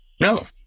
No